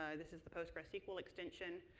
ah this is the postresql extension.